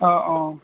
অঁ অঁ